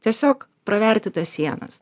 tiesiog praverti tas sienas